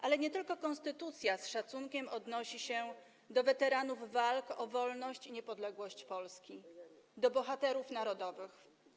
Ale nie tylko konstytucja z szacunkiem odnosi się do weteranów walk o wolność i niepodległość Polski, do bohaterów narodowych.